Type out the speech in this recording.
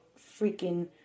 freaking